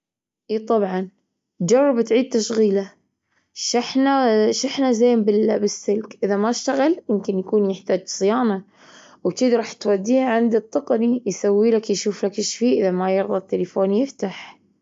إي طبعًا جرب تعيد تشغيله، شحنه شحنه زين بال- بالسلك، إذا ما اشتغل يمكن يكون يحتاج صيانة وشذي راح توديه عند التقني يسوي لك يشوفلك أيش فيه إذا ما يرضى التلفون يفتح.